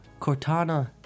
Cortana